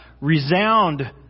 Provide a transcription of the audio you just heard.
resound